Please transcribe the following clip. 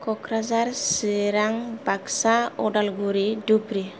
Kokrajhar Chirang Baksa Udalguri Dhubri